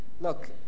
look